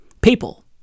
People